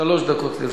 שלוש דקות לרשותך.